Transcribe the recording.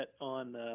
on –